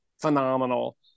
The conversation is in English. phenomenal